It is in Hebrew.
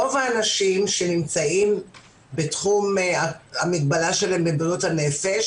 רוב האנשים שנמצאים בתחום המגבלה שלהם בבריאות הנפש